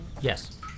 Yes